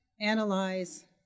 analyze